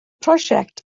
prosiect